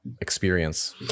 experience